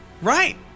Right